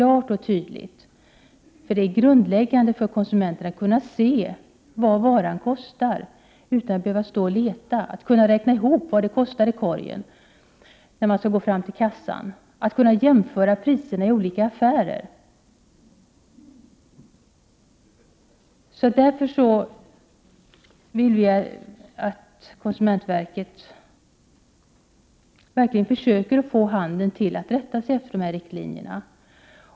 Det är ett grundläggande krav att konsumenten skall kunna se vad varan kostar utan att behöva stå och leta, och att konsumenten skall kunna räkna ihop vad varorna i korgen kostar när man skall gå fram till kassan. Man skall kunna jämföra priserna i olika affärer. Vi i miljöpartiet de gröna vill därför att konsumentverket försöker få handeln att rätta sig efter dessa riktlinjer.